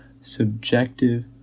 subjective